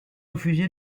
refusé